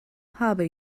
habe